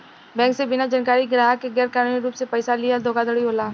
bank से बिना जानकारी के ग्राहक के गैर कानूनी रूप से पइसा लीहल धोखाधड़ी होला